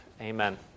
Amen